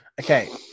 Okay